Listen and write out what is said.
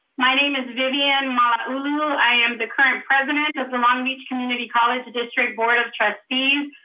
my name is vivian malauulu, i am the current president of the long beach community college district board of trustees.